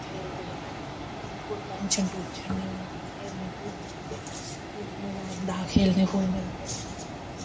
कोई टैंशन टूंशन नी होंदी ही खेलने खूलने दी बड़ा मज़ा औंदा हा खेलने खूलने दा ते